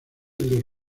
del